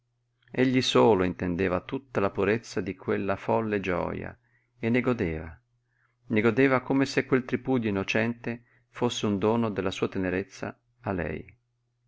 egli solo intendeva tutta la purezza di quella folle gioja e ne godeva ne godeva come se quel tripudio innocente fosse un dono della sua tenerezza a lei